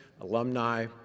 alumni